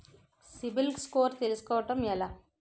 CIBIL score తెల్సుకోటం ఎలా?